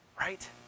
Right